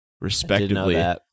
respectively